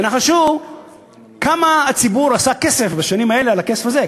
תנחשו כמה כסף הציבור עשה בשנים האלה על הכסף הזה,